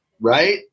right